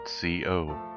co